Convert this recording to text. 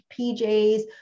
PJs